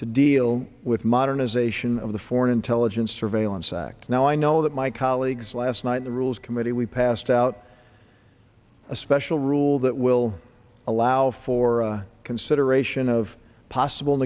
to deal with modernization of the foreign intelligence surveillance act now i know that my colleagues last night the rules committee we passed out a special rule that will allow for consideration of possible